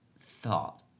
thought